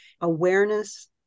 Awareness